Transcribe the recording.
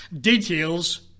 details